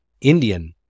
Indian